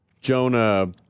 Jonah